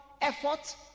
effort